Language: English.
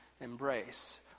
embrace